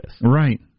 Right